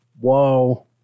whoa